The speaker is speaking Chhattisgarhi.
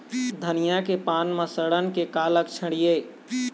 धनिया के पान म सड़न के का लक्षण ये?